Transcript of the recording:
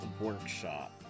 workshop